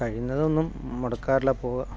കഴിയുന്നതൊന്നും മുടക്കാറില്ലാ പോകും